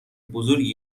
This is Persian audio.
بزرگی